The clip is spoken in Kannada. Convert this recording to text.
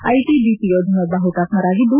ಐಟಿಬಿಪಿ ಯೋಧನೊಬ್ಲ ಹುತಾತ್ತರಾಗಿದ್ದು